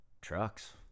trucks